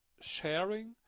sharing